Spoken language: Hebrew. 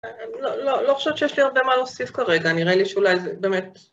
לא חושבת שיש לי הרבה מה להוסיף כרגע, נראה לי שאולי זה באמת...